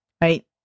right